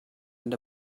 and